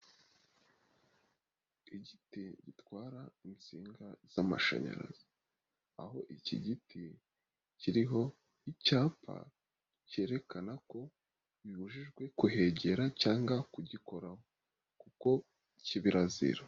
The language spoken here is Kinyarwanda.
Igiti gitwara insinga z'amashanyarazi, aho iki giti kiriho icyapa cyerekana ko bibujijwe kuhegera cyangwa kugikoraho kuko kibirazira.